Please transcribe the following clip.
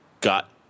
got